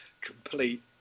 complete